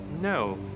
No